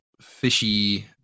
fishy